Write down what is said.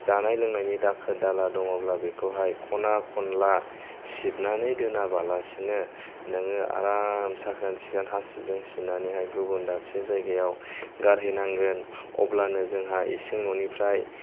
जानाय लोंनायनि दाखोर दाला दङब्ला बेखौहाय खना खनला सिबनानै दोनाबालासिनो नोङो आराम साखोन सिखोन हासिबजों सिबनानैहाय गुबुन दाबसे जायगायाव गारहैनांगोन अब्लानो जोंहा इसिं न'निफ्राय